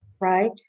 right